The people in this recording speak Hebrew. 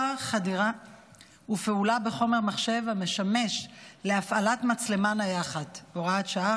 חדירה לחומר מחשב המשמש להפעלת מצלמה נייחת ופעולה בו (הוראת שעה,